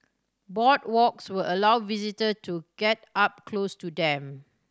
boardwalks will allow visitor to get up close to them